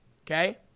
okay